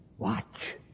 Watch